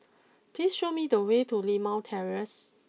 please show me the way to Limau Terrace